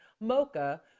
Mocha